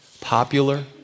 popular